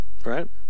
Right